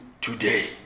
today